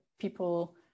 people